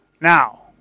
Now